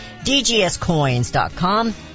dgscoins.com